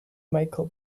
michael